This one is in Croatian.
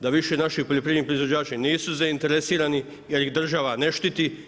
Da više naši poljoprivredni proizvođači nisu zainteresirani jer ih država ne štiti.